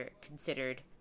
considered